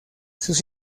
sus